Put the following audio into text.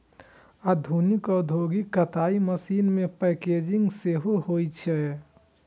आधुनिक औद्योगिक कताइ मशीन मे पैकेजिंग सेहो होइ छै